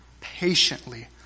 patiently